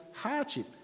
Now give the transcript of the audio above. hardship